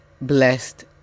blessed